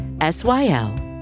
S-Y-L